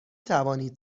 توانید